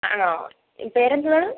ആണോ പേരെന്താണ്